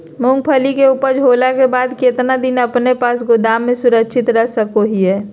मूंगफली के ऊपज होला के बाद कितना दिन अपना पास गोदाम में सुरक्षित रख सको हीयय?